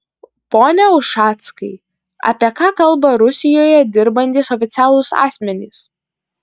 pone ušackai apie ką kalba rusijoje dirbantys oficialūs asmenys